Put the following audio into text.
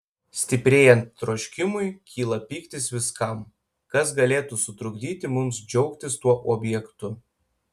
stiprėjant troškimui kyla pyktis viskam kas galėtų sutrukdyti mums džiaugtis tuo objektu